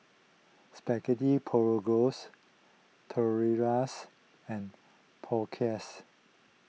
Spaghetti Tortillas and